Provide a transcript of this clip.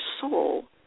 soul